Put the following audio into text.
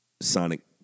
Sonic